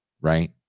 right